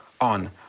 on